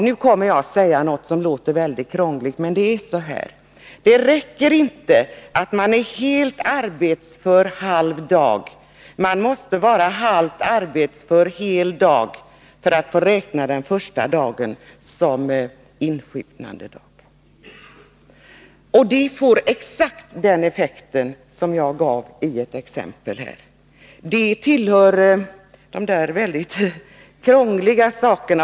Nu kommer jag att säga något som låter väldigt krångligt, men så här är det: Det räcker inte med att man är helt arbetsför halv dag — man måste vara halvt arbetsför hel dag för att få räkna den första dagen som insjuknandedag. Det får exakt den effekt som jag tog upp i ett exempel. Detta tillhör de mycket krångliga sakerna.